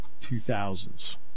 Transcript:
2000s